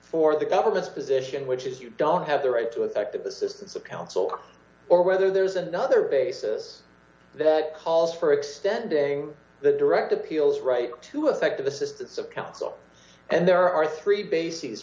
for the government's position which is you don't have the right to d expect the assistance of counsel or whether there's another basis that calls for extending the direct appeals right to effect of assistance of counsel and there are three bases